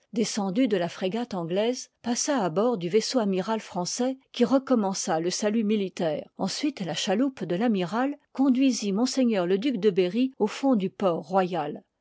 descendu de la frégate anglaisé passa à bord du vaisseau amiral français qui recommença le sâlut militaire ensuite la chaloupe de ramiràl ccmduisil m le duc de berry ati fond du port